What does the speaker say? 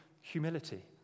humility